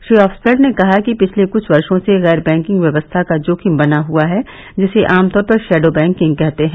Shri Oxfeld ने कहा कि पिछले कुछ वर्षो से गैर बैंकिंग व्यवस्था का जोखिम बना हुआ है जिसे आमतौर पर शैडो बैंकिंग कहते हैं